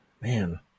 man